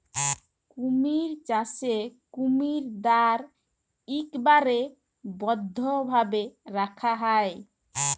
কুমির চাষে কুমিরদ্যার ইকবারে বদ্ধভাবে রাখা হ্যয়